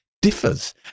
differs